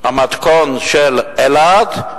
המתכון של אלעד,